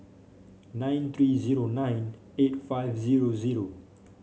nine three zero nine eight five zero zero